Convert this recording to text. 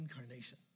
incarnation